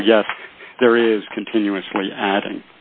so yes there is continuously adding